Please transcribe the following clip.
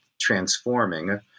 transforming